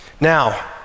Now